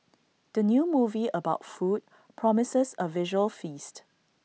the new movie about food promises A visual feast